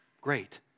great